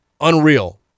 unreal